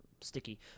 sticky